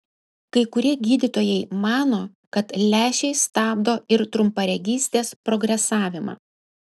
kai kurie gydytojai mano kad lęšiai stabdo ir trumparegystės progresavimą